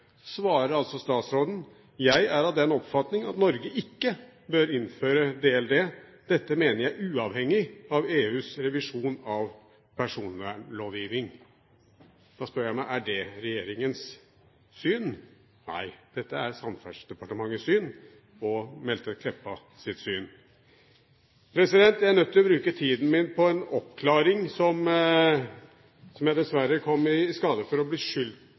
svarer statsråden: «Jeg er av den oppfatning at Norge ikke bør innføre DLD. Dette mener jeg uavhengig av EUs revisjon av personvernlovgiving.» Da spør jeg meg: Er det regjeringens syn? Nei, dette er Samferdselsdepartementets syn, og Meltveit Kleppas syn. Jeg er nødt til å bruke tiden min på en oppklaring, da jeg dessverre kom i skade for å